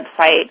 website